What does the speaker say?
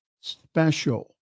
special